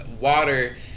water